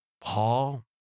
Paul